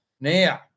Now